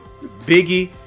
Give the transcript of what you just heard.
Biggie